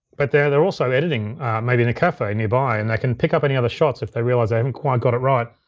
but they're they're also editing maybe and a cafe nearby and they can pick up any other shots if they realize they haven't quite got it right.